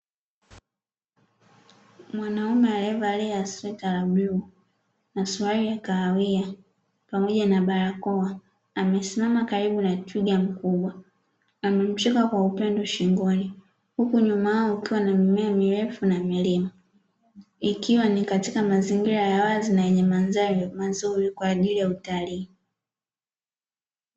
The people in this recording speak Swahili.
Mwanaume alievalia sweta la bluu na suruali ya kahawia pamoja na barakoa, amesimama karibu na twiga mkubwa amemshika kwa upendo shingoni, huku nyuma yao kukiwa na mimea mirefu na milima, ikiwa ni katika mazingira ya wazi na yenye mandhari nzuri kwaajili ya utalii.